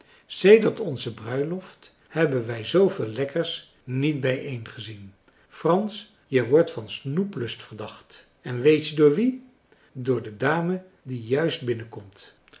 sedert onze bruiloft hebben wij zooveel lekkers niet bijeengezien frans je wordt van snoeplust verdacht en weet je door wie door de dame die juist binnenkomt